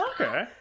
okay